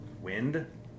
Wind